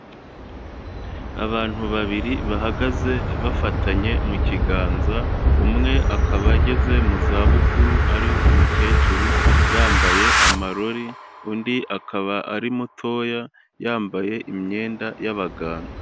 Abantu babiri bahagaze bafatanye mu kiganza, umwe akaba ageze mu za bukuru ari umukecuru yambaye amarori, undi akaba ari mutoya yambaye imyenda y'abaganga.